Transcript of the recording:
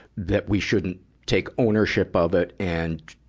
that we shouldn't take ownership of it and,